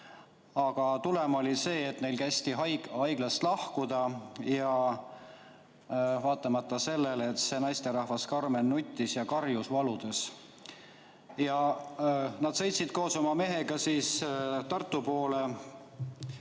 aga tulem oli see, et neil kästi haiglast lahkuda, vaatamata sellele, et see naisterahvas Carmen nuttis ja karjus valudes. Ja nad sõitsid koos oma mehega siis Tartu poole,